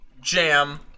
jam